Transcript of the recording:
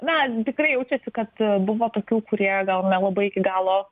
na tikrai jaučiasi kad buvo tokių kurie gal nelabai iki galo